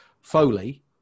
Foley